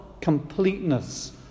completeness